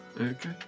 Okay